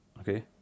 Okay